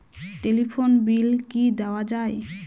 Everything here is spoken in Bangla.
টেলিফোন বিল কি দেওয়া যায়?